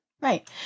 right